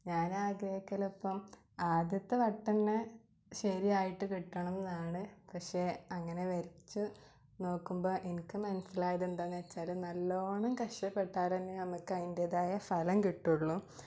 ഞാനാകെ കെലപ്പം ആദ്യത്തെ വട്ടം തന്നെ ശരിയായിട്ട് കിട്ടണമെന്നാണ് പക്ഷേ അങ്ങനെ വരച്ച് നോക്കുമ്പം എനിക്ക് മനസ്സിലായതെന്താണെന്ന് വെച്ചാൽ നല്ലോണം കഷ്ടപെട്ടാൽ തന്നെ നമുക്ക് അതിന്റേതായ ഫലം കിട്ടുളളൂ